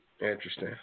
interesting